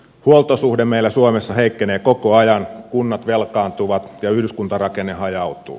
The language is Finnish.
huoltosuhde meillä suomessa heikkenee koko ajan kunnat velkaantuvat ja yhdyskuntarakenne hajautuu